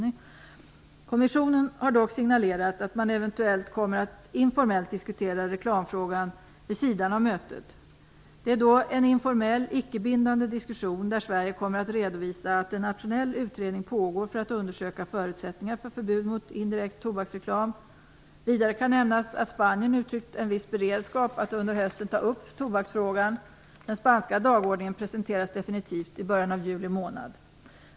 Kommissionen har dock signalerat att man eventuellt kommer att informellt diskutera reklamfrågan vid sidan av mötet. Det är då en informell, icke-bindande diskussion där Sverige kommer att redovisa att en nationell utredning pågår för att undersöka förutsättningar för förbud mot indirekt tobaksreklam. Vidare kan nämnas att Spanien uttryckt en viss beredskap att under hösten ta upp tobaksfrågan. Den spanska dagordningen presenteras definitivt i början av juli månad.